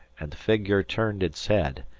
and the figure turned its head,